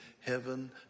heaven